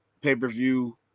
pay-per-view